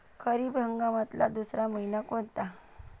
खरीप हंगामातला दुसरा मइना कोनता?